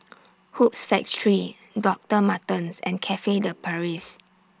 Hoops Factory Doctor Martens and Cafe De Paris